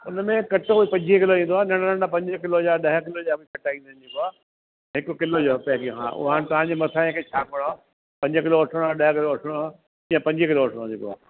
हुन में कटो पंजवीह किलो ईंदो आहे नंढा नंढा पंज किलो जा ॾह किलो जा बि कटा ईंदा आहिनि जेको आहे हिकु किलो जो पहिरीं हा उहो हाणे तव्हांजे मथां आहे की छा करिणो आहे पंज किलो वठिणो आहे ॾह किलो वठिणो आहे या पंजवीह किलो वठिणो आहे जेको आहे